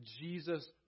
Jesus